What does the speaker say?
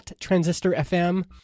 Transistor.fm